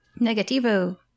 Negativo